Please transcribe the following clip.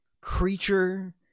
creature